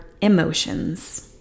emotions